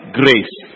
grace